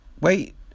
wait